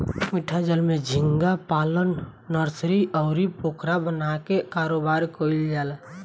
मीठा जल में झींगा पालन नर्सरी, अउरी पोखरा बना के कारोबार कईल जाला